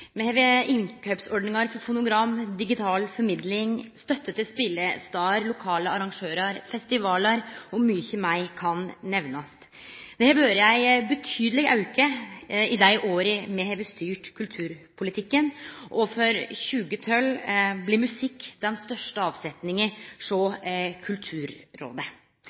Me har innkjøpsordningar for fonogram, digital formidling, støtte til spelestader, lokale arrangørar, festivalar, og mykje meir kan nemnast. Det har vore ein betydeleg auke i dei åra me har styrt kulturpolitikken, og for 2012 blir musikk den største avsetninga hjå Kulturrådet.